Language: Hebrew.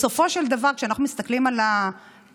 בסופו של דבר כשאנחנו מסתכלים על היכולת